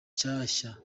nshyashya